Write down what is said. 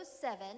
seven